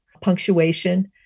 punctuation